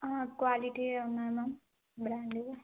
quality ఉన్నాయి ma'am బ్రాండుగా